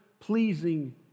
Pleasing